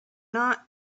not